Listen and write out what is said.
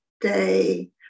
day